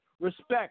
respect